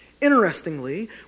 Interestingly